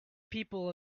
people